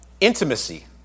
intimacy